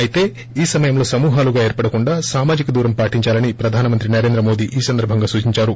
అయితే ఈ సమయంలో సమూహాలుగా ఏర్పడకుండా సామాజిక దూరం పాటిందాలని ప్రధానమంత్రి నరేంద్ర మోడీ ఈ సందర్బంగా సూచిందారు